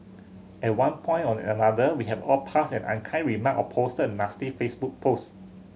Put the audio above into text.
at one point or another we have all passed an unkind remark or posted a nasty Facebook post